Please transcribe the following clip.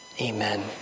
Amen